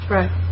Right